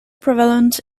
prevalent